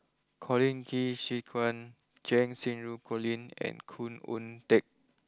Colin Qi Zhe Quan Cheng Xinru Colin and Khoo Oon Teik